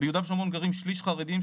ביהודה ושומרון גרים שליש חרדים,